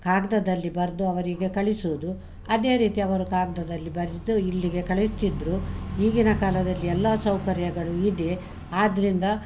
ಕಾಗದದಲ್ಲಿ ಬರೆದು ಅವರಿಗೆ ಕಳಿಸುದು ಅದೇ ರೀತಿ ಅವರು ಕಾಗದದಲ್ಲಿ ಬರೆದು ಇಲ್ಲಿಗೆ ಕಳುಹಿಸ್ತಿದ್ದರು ಈಗಿನ ಕಾಲದಲ್ಲಿ ಎಲ್ಲಾ ಸೌಕರ್ಯಗಳು ಇದೆ ಆದ್ದರಿಂದ